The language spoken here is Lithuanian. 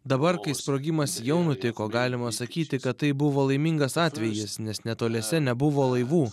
dabar kai sprogimas jau nutiko galima sakyti kad tai buvo laimingas atvejis nes netoliese nebuvo laivų